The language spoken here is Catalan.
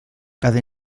cada